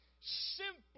Simply